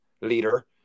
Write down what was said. leader